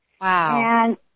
Wow